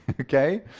Okay